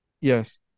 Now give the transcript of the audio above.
yes